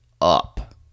up